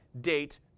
date